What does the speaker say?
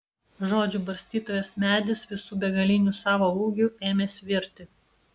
žodžių barstytojos medis visu begaliniu savo ūgiu ėmė svirti